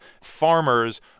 Farmers